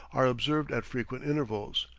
are observed at frequent intervals.